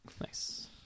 Nice